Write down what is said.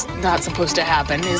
not supposed to happen, is